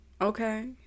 Okay